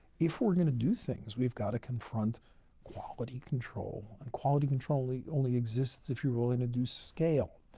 if we're going to do things, we've got to confront quality control. and quality control only only exists if you're willing to do scale.